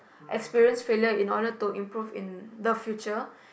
experience failure in order to improve in the future